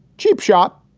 cheap shop,